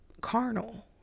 carnal